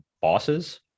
bosses